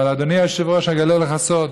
אבל, אדוני היושב-ראש, אגלה לך סוד: